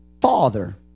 father